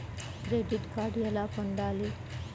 Credit card ఎలా పొందాలి?